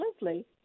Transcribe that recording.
lovely